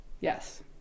yes